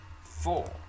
four